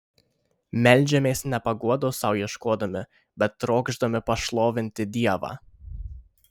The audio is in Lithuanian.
meldžiamės ne paguodos sau ieškodami bet trokšdami pašlovinti dievą